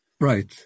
Right